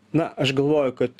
na aš galvoju kad